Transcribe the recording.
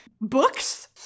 books